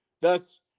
Thus